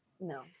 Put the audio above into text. no